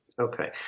Okay